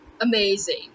amazing